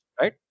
Right